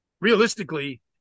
realistically